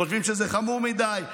חושבים שזה חמור מדי,